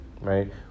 right